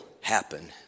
happen